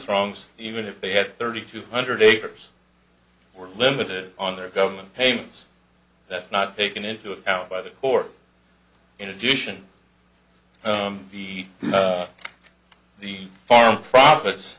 trongs even if they had thirty two hundred acres were limited on their government payments that's not taken into account by that or in addition to the farm profits